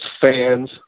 fans